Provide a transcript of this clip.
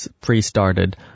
pre-started